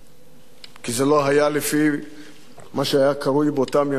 כי זה לא היה לפי מה שהיה קרוי באותם ימים "התרגולת",